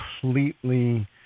completely